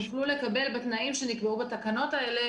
יוכלו לקבל בתנאים שנקבעו בתקנות האלה